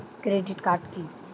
Credit card কি?